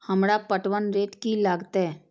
हमरा पटवन रेट की लागते?